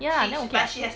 ya I know okay ah